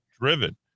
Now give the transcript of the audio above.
driven